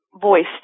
voiced